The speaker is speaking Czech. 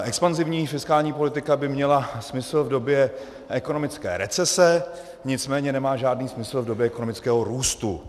Expanzivní fiskální politika by měla smysl v době ekonomické recese, nicméně nemá žádný smysl v době ekonomického růstu.